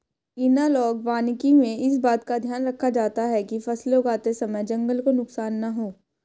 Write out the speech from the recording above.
analogue वानिकी में इस बात का ध्यान रखा जाता है कि फसलें उगाते समय जंगल को नुकसान ना हो